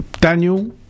Daniel